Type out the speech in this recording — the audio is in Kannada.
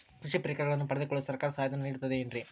ಕೃಷಿ ಪರಿಕರಗಳನ್ನು ಪಡೆದುಕೊಳ್ಳಲು ಸರ್ಕಾರ ಸಹಾಯಧನ ನೇಡುತ್ತದೆ ಏನ್ರಿ?